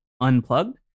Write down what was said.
unplugged